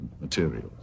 materials